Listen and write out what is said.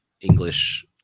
English